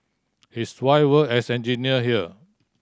his wife work as engineer here